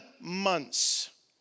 months